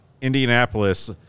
Indianapolis